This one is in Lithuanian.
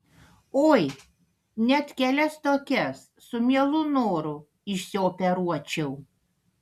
oi net kelias tokias su mielu noru išsioperuočiau